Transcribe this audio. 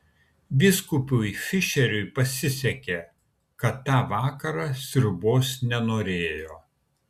vyskupui fišeriui pasisekė kad tą vakarą sriubos nenorėjo